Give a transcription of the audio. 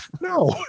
No